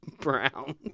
brown